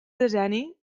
decenni